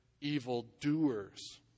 evildoers